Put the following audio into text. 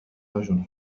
رجل